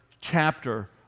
chapter